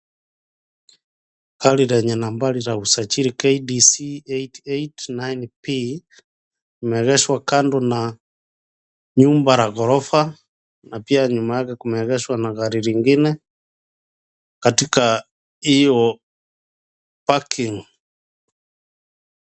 Gari lenye nambari la usajii KDC 889 P limeegeshwa kando na nyumba la gorofa na pia nyuma yake kumeegeshwa gari lingine katika hiyo parking .